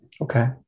Okay